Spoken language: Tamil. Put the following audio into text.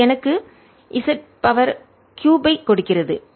இது எனக்கு z 3 ஐ கொடுக்கிறது